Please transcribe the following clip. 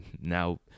now